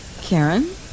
Karen